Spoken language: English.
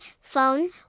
phone